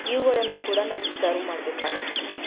ಇವುಗಳನ್ನು ಕೂಡ ಮಗೆ ಸರ್ವ್ ಮಾಡ್ಬೇಕಾಗತ್ತೆ ಸರ್